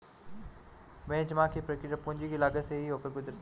benchmark की प्रक्रिया पूंजी की लागत से ही होकर गुजरती है